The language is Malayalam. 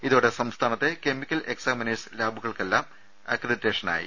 ഇതോടെ സംസ്ഥാ നത്തെ കെമിക്കൽ എക്സാമിനേഴ്സ് ലാബുകൾക്കെല്ലാം അക്രഡിറ്റേഷ നായി